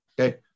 okay